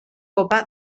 copa